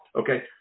Okay